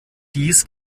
dies